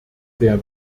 sehr